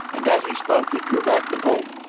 and as he spoke he drew back the bolt.